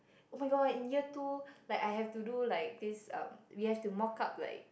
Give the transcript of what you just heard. oh-my-god in year two like I have to do like this uh we have to mock up like